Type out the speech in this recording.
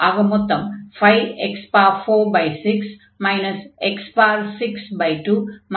ஆக மொத்தம் 5x46 x62 x73 என்று ஆகும்